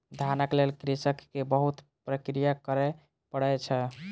धानक लेल कृषक के बहुत प्रक्रिया करय पड़ै छै